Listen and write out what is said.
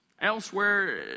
Elsewhere